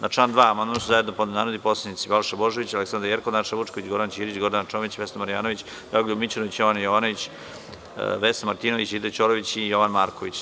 Na član 2. amandman su zajedno podneli narodni poslanici Balša Božović, Aleksandra Jerkov, Nataša Vučković, Goran Ćirić, Gordana Čomić, Vesna Marjanović, Dragoljub Mićunović, Jovana Jovanović, Vesna Martinović, Aida Ćorović i Jovan Marković.